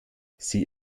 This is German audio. sie